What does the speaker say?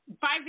five